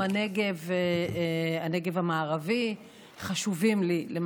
הנגב והנגב המערבי חשובים לי.